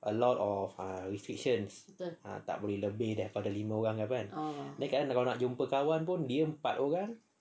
a lot of restrictions tak boleh lebih daripada lima orang ke apa kan abeh kalau nak kawan pun dia empat orang